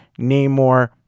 Namor